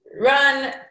run